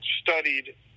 studied